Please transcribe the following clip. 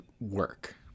work